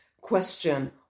question